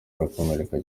arakomereka